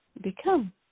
become